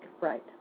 Right